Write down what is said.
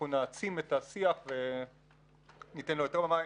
אנחנו נעצים את השיח וניתן לו במה.